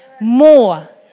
more